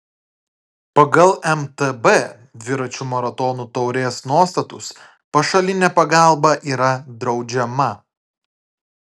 pagal mtb dviračių maratonų taurės nuostatus pašalinė pagalba yra draudžiama